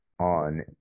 on